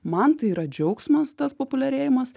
man tai yra džiaugsmas tas populiarėjimas